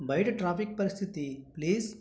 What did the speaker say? బయట ట్రాఫిక్ పరిస్థితి ప్లీజ్